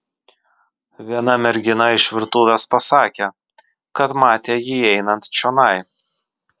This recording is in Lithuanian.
viena mergina iš virtuvės pasakė kad matė jį einant čionai